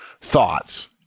thoughts